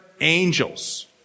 angels